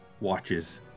watches